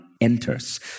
enters